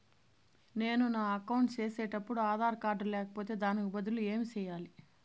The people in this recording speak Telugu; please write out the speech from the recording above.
నేను నా అకౌంట్ సేసేటప్పుడు ఆధార్ కార్డు లేకపోతే దానికి బదులు ఏమి సెయ్యాలి?